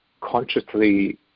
consciously